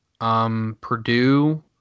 Purdue